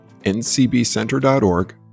ncbcenter.org